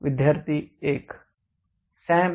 विद्यार्थी 1 सॅम